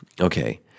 Okay